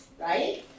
right